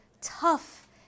tough